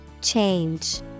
Change